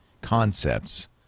concepts